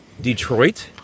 Detroit